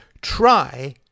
try